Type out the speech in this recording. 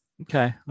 Okay